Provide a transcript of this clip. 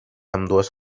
ambdues